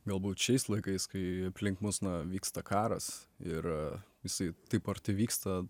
galbūt šiais laikais kai aplink mus na vyksta karas ir jisai taip arti vyksta